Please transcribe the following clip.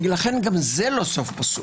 לכן גם זה לא סוף פסוק.